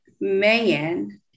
man